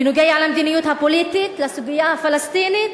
בנוגע למדיניות הפוליטית, לסוגיה הפלסטינית,